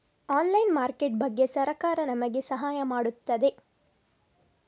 Online market ಬಗ್ಗೆ ಸರಕಾರ ನಮಗೆ ಸಹಾಯ ಮಾಡುತ್ತದೆ?